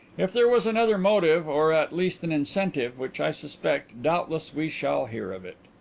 if there was another motive or at least an incentive which i suspect, doubtless we shall hear of it.